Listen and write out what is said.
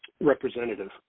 representative